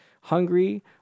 hungry